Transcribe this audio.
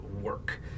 work